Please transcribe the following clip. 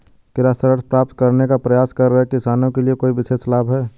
क्या ऋण प्राप्त करने का प्रयास कर रहे किसानों के लिए कोई विशेष लाभ हैं?